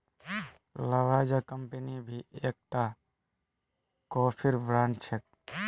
Lavazza company भी एक टा कोफीर ब्रांड छे